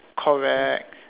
correct